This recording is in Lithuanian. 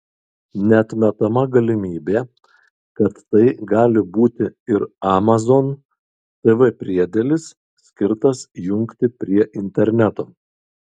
neatmetama galimybė kad tai gali būti ir amazon tv priedėlis skirtas jungti prie interneto